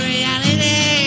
Reality